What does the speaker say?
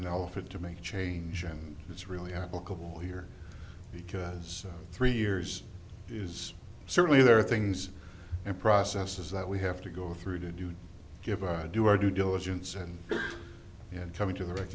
an elephant to make change and it's really applicable here because three years is certainly there are things and processes that we have to go through to do give us to do our due diligence and yet coming to the rec